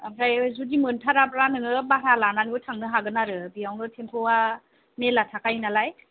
ओमफ्राय जुदि मोनथाराब्ला नोङो भारा लानानैबो थांनो हागोन आरो बेयावनो टेम्फुआ मेरला थाखायो नालाय